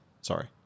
Sorry